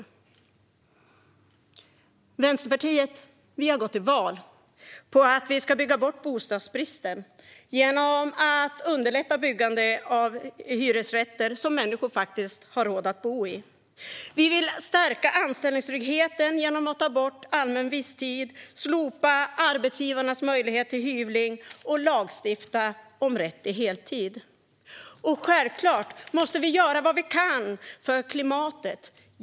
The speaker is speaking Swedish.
Vi i Vänsterpartiet har gått till val på att vi ska bygga bort bostadsbristen genom att underlätta byggande av hyresrätter som människor faktiskt har råd att bo i. Vi vill stärka anställningstryggheten genom att ta bort allmän visstid, slopa arbetsgivarnas möjlighet till hyvling och lagstifta om rätt till heltid. Och självklart måste vi göra vad vi kan för klimatet.